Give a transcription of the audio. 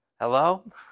Hello